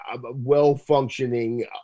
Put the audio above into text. well-functioning